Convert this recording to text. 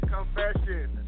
Confession